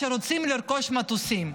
שרוצים לרכוש מטוסים,